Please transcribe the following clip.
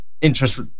interest